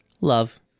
Love